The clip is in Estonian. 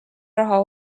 raha